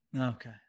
okay